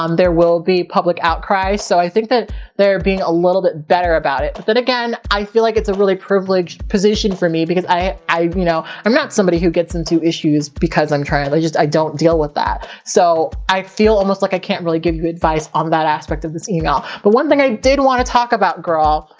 there will be public outcries. so i think that they're being a little bit better about it. but then again, i feel like it's a really privileged position for me because i, i, you know, i'm not somebody who gets into issues because i'm trans. i just, i don't deal with that. so i feel almost like i can't really give you advice on that aspect of this e-mail. but one thing i did want to talk about, girl.